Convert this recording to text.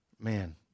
Man